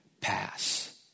pass